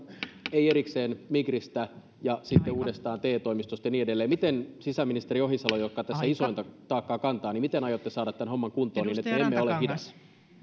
ei erikseen migristä ja sitten uudestaan te toimistosta ja niin edelleen sisäministeri ohisalo joka tässä isointa taakkaa kantaa miten aiotte saada tämän homman kuntoon niin että emme ole hidas